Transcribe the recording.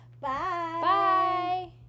bye